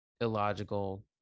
illogical